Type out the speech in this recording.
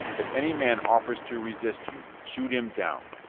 if any man offers to resist you, shoot him down.